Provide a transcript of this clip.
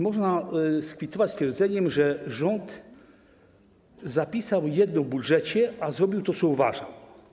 Można to skwitować stwierdzeniem, że rząd zapisał jedno w budżecie, a zrobił to, co uważał.